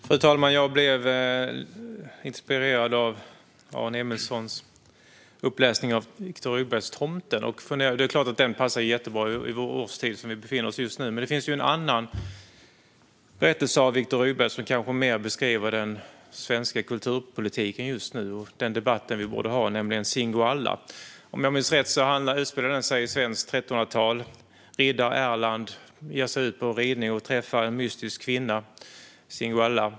Fru talman! Jag blev inspirerad av Aron Emilssons uppläsning av Viktor Rydbergs Tomten . Det är klart att den passar jättebra i den årstid som vi befinner oss i just nu. Men det finns en annan berättelse av Viktor Rydberg som kanske mer beskriver den svenska kulturpolitiken och den debatt som vi borde ha, nämligen Singoalla . Om jag minns rätt utspelar den sig under svenskt 1300-tal. Riddare Erland ger sig ut på ridning och träffar en mystisk kvinna, Singoalla.